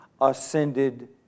ascended